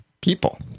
people